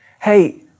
Hey